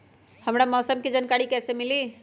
हमरा मौसम के जानकारी कैसी मिली?